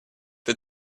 the